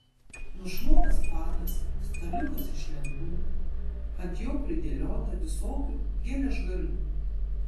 nušluotas padas staliukas iš lentų ant jo pridėliota visokių geležgalių